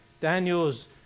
Daniel's